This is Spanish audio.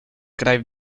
krai